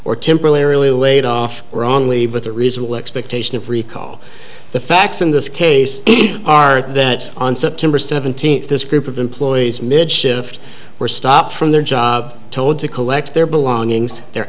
or temporarily laid off or only with a reasonable expectation of recall the facts in this case are that on september seventeenth this group of employees mid shift were stopped from their job told to collect their belongings the